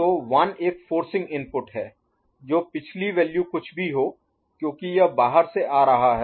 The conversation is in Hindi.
तो 1 एक फोर्सिंग इनपुट है जो पिछली वैल्यू कुछ भी हो क्योंकि यह बाहर से आ रहा है